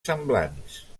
semblants